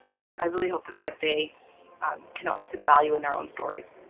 i really hope that that they can also see the value in their own stories.